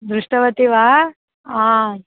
दृष्टवती वा आम्